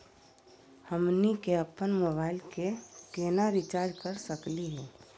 हमनी के अपन मोबाइल के केना रिचार्ज कर सकली हे?